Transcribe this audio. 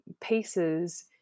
pieces